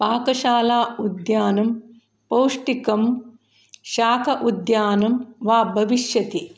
पाकशाला उद्यानं पौष्टिकं शाक उद्यानं वा भविष्यति